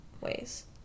ways